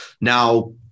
Now